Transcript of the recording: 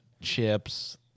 chips